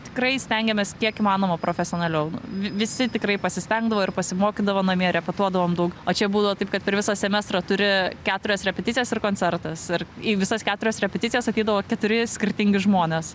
tikrai stengiamės kiek įmanoma profesionaliau visi tikrai pasistengdavo ir pasimokydavo namie repetuodavom daug o čia būdavo taip kad per visą semestrą turi keturias repeticijas ir koncertas ir į visas keturias repeticijas ateidavo keturi skirtingi žmonės